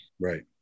right